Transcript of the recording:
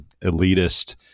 elitist